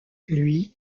lui